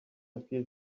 appeal